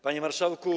Panie Marszałku!